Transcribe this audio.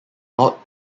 not